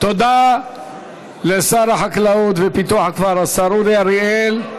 תודה לשר החקלאות ופיתוח הכפר, השר אורי אריאל.